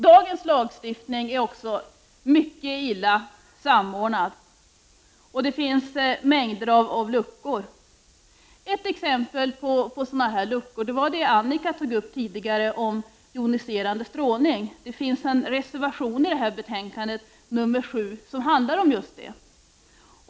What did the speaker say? Dagens lagstiftning är också mycket illa samordnad, och det finns mängder av luckor i den. Ett exempel på en sådan lucka gäller joniserande strålning, som Annika Åhnberg tidigare tog upp. Det finns i betänkandet en reservation, nr 7, som handlar om just det.